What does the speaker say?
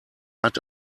hat